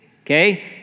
okay